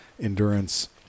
endurance